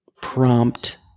prompt